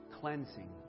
cleansing